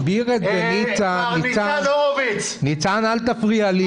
ניצן, אל תפריע לי.